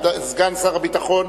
סגן שר הביטחון,